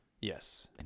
Yes